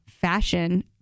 Fashion